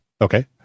Okay